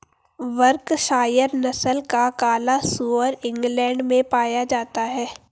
Berkshire नस्ल का काला सुअर इंग्लैण्ड में पाया जाता है